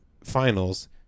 finals